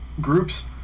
groups